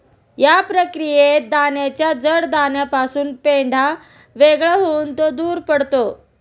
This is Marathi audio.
या प्रक्रियेत दाण्याच्या जड दाण्यापासून पेंढा वेगळा होऊन तो दूर पडतो